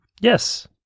Yes